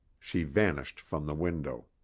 she vanished from the window.